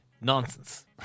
nonsense